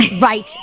right